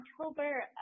October